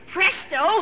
Presto